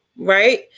right